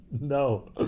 no